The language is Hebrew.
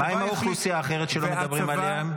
מה עם האוכלוסייה האחרת שלא מדברים עליה?